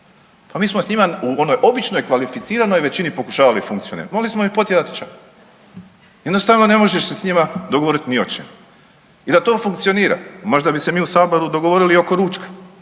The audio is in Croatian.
Pa mi smo s njima u onoj običnoj kvalificiranoj većini pokušavali funkcionirati, morali smo ih potjerati ča. Jednostavno ne možeš se s njima dogovoriti ni o čemu. I da to funkcionira, možda bi se mi u Saboru dogovorili i oko ručka.